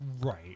right